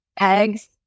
eggs